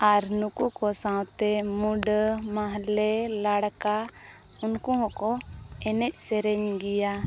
ᱟᱨ ᱱᱩᱠᱩ ᱠᱚ ᱥᱟᱶᱛᱮ ᱢᱩᱸᱰᱟᱹ ᱢᱟᱦᱞᱮ ᱞᱟᱲᱠᱟ ᱩᱱᱠᱩ ᱦᱚᱸᱠᱚ ᱮᱱᱮᱡ ᱥᱮᱨᱮᱧ ᱜᱮᱭᱟ